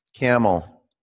Camel